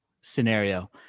scenario